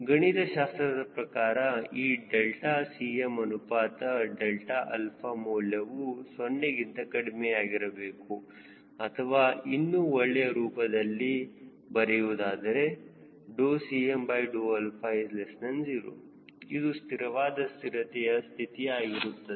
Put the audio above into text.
ಗಣಿತಶಾಸ್ತ್ರದ ಪ್ರಕಾರ ಈ delta Cm ಅನುಪಾತ ∆𝛼 ಮೌಲ್ಯವು 0 ಗಿಂತ ಕಡಿಮೆಯಾಗಿರಬೇಕು ಅಥವಾ ಇನ್ನೂ ಒಳ್ಳೆಯ ರೂಪದಲ್ಲಿ ಬರೆಯುವುದಾದರೆ Cm0 ಇದು ಸ್ಥಿರವಾದ ಸ್ಥಿರತೆಯ ಸ್ಥಿತಿ ಆಗಿರುತ್ತದೆ